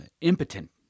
impotent